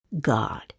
God